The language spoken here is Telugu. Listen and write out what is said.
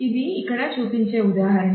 ఇది ఇక్కడ చూపించే ఉదాహరణ